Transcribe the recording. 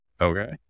okay